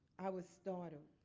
i was startled.